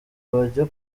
bajya